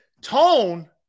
Tone